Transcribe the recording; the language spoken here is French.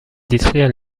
détruire